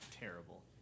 terrible